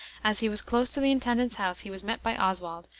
as he was close to the intendant's house he was met by oswald,